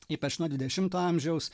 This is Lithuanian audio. ypač nuo dvidešimto amžiaus